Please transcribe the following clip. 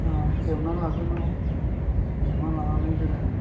एवना लाग्रोनांगौ एवना लानानै जोङो